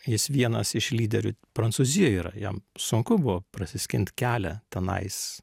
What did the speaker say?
jis vienas iš lyderių prancūzijoj yra jam sunku buvo prasiskint kelią tenais